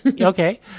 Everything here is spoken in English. Okay